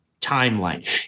timeline